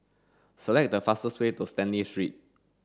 select the fastest way to Stanley Street